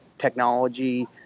Technology